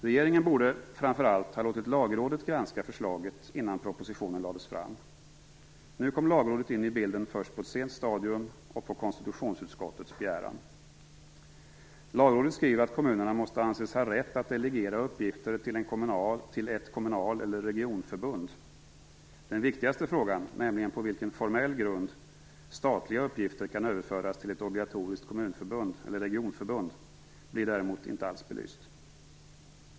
Regeringen borde framför allt ha låtit Lagrådet granska förslaget innan propositionen lades fram. Nu kom Lagrådet in i bilden först på ett sent stadium och på konstitutionsutskottets begäran. Lagrådet skriver att kommunerna måste anses ha rätt att delegera uppgifter till ett kommunal eller regionförbund. Den viktigaste frågan, nämligen på vilken formell grund statliga uppgifter kan överföras till ett obligatoriskt regionförbund, blir däremot inte alls belyst.